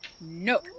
no